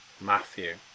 Matthew